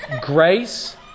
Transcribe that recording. Grace